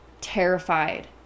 terrified